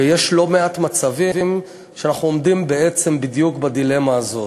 ויש לא מעט מצבים שאנחנו עומדים בעצם בדיוק בדילמה הזאת,